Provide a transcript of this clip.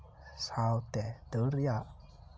ᱥᱟᱶᱛᱮ ᱫᱟᱹᱲ ᱨᱮᱭᱟᱜ